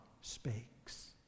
speaks